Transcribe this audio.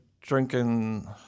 drinking